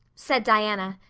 said diana,